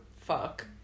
fuck